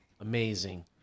Amazing